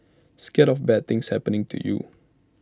scared of bad things happening to you